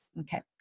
Okay